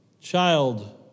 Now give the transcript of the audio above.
child